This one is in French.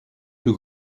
plus